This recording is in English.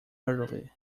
hurriedly